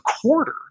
quarter